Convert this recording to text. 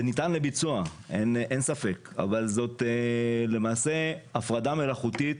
ניתן לביצוע, אבל זאת למעשה הפרדה מלאכותית